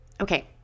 Okay